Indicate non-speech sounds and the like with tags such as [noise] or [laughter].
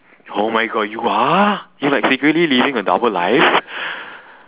oh my god you are you're like secretly living a double life [breath]